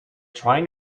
trying